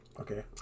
Okay